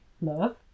love